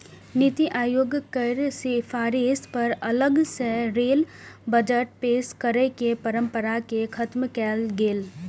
नीति आयोग केर सिफारिश पर अलग सं रेल बजट पेश करै के परंपरा कें खत्म कैल गेलै